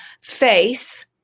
face